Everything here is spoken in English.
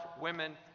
women